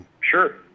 Sure